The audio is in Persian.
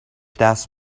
دست